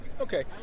Okay